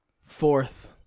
fourth